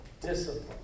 Discipline